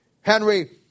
Henry